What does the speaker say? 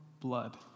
blood